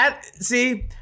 see